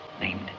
named